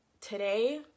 today